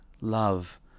love